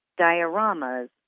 dioramas